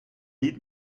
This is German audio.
lied